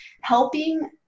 helping